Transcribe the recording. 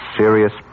serious